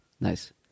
Nice